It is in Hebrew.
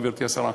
גברתי השרה.